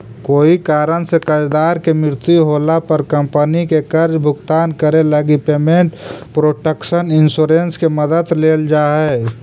कोई कारण से कर्जदार के मृत्यु होला पर कंपनी के कर्ज भुगतान करे लगी पेमेंट प्रोटक्शन इंश्योरेंस के मदद लेल जा हइ